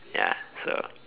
ya so